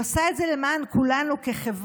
הוא עשה את זה למען כולנו כחברה,